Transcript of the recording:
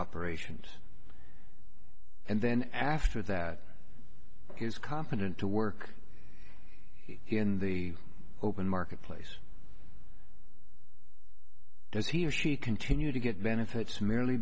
operations and then after that he is competent to work in the open marketplace does he or she continue to get benefits merely